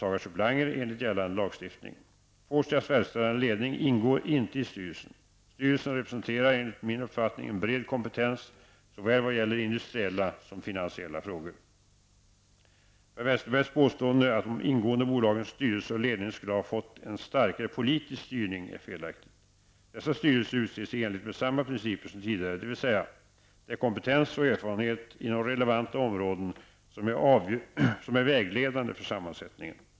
Per Westerbergs påstående att de ingående bolagens styrelser och ledning skulle ha fått en starkare politisk styrning är felaktigt. Dessa styrelser utses i enlighet med samma principer som tidigare, dvs. det är kompetens och erfarenhet inom relevanta områden som är vägledande för sammansättningen.